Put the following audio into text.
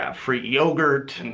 ah free yogurt,